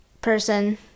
person